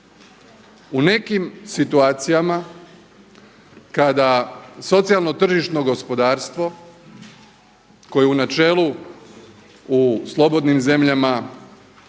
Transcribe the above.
U nekim situacijama kada socijalno tržišno gospodarstvo koje u načelu u slobodnim zemljama,